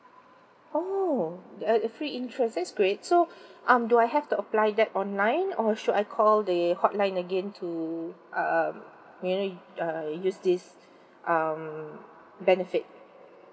oh free interest that's great so um do I have to apply that online or should I call the hotline again to uh you know uh use this um benefit